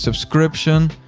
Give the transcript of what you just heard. subscription.